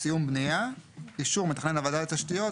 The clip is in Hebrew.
"סיום בנייה" אישור מתכנן הוועדה לתשתיות,